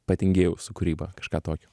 patingėjau su kūryba kažką tokio